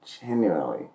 genuinely